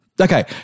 Okay